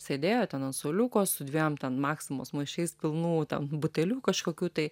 sėdėjo ten ant suoliuko su dviem maksimos maišais pilnų butelių kažkokių tai